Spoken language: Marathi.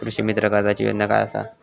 कृषीमित्र कर्जाची योजना काय असा?